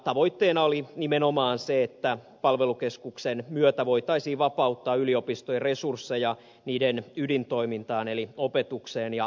tavoitteena oli nimenomaan se että palvelukeskuksen myötä voitaisiin vapauttaa yliopistojen resursseja niiden ydintoimintaan eli opetukseen ja tutkimukseen